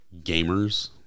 gamers